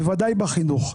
ודאי בחינוך.